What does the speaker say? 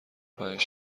پنج